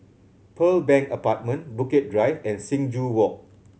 Pearl Bank Apartment Bukit Drive and Sing Joo Walk